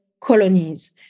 colonies